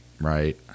right